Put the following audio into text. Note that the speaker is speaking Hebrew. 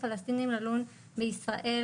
אנחנו חיסנו כ-120 אלף עובדים פלשתינאים במודרנה,